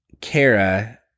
Kara